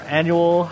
annual